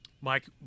Mike